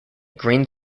green